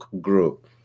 group